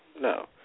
no